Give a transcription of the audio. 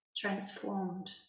transformed